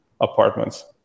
apartments